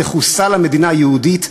תחוסל המדינה היהודית,